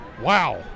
Wow